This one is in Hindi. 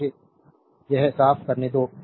तो मुझे यह साफ करने दो